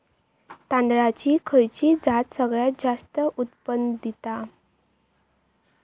तांदळाची खयची जात सगळयात जास्त उत्पन्न दिता?